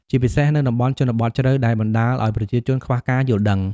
ជាពិសេសនៅតំបន់ជនបទជ្រៅ ដែលបណ្ដាលឱ្យប្រជាជនខ្វះការយល់ដឹង។